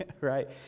right